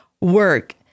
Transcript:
work